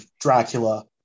Dracula